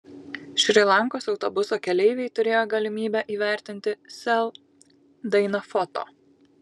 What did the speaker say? šri lankos autobuso keleiviai turėjo galimybę įvertinti sel dainą foto